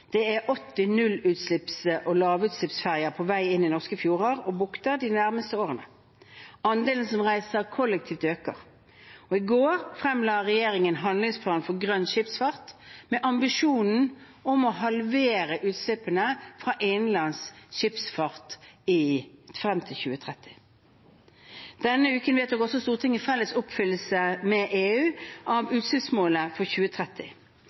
Det er 80 nullutslipps- og lavutslippsferjer på vei inn i norske fjorder og bukter de nærmeste årene. Andelen som reiser kollektivt, øker. I går fremla regjeringen handlingsplan for grønn skipsfart med ambisjonen om å halvere utslippene fra innenlands skipsfart frem til 2030. Denne uken vedtok Stortinget felles oppfyllelse med EU av utslippsmålet for 2030.